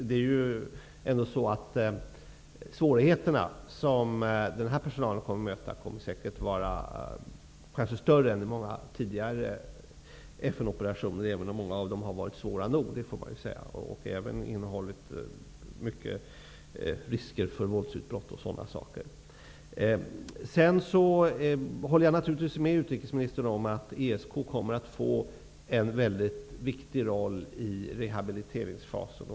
De svårigheter som den här personalen kommer att möta är säkert större än vad som varit fallet i många tidigare FN-operationer -- även om många av dem varit svåra nog och innehållit många risker för våldsutbrott osv. Jag håller naturligtvis med utrikesministern när hon säger att ESK kommer att få en väldigt viktig roll i rehabiliteringsfasen.